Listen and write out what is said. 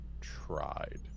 tried